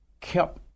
kept